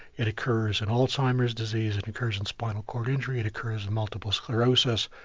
it occurs in alzheimer's disease, it occurs in spinal cord injury, it occurs in multiple sclerosis,